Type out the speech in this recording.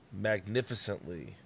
magnificently